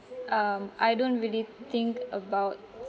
um I don't really think about